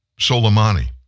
Soleimani